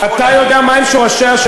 אתה יודע מהם שורשיה?